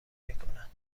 میکنند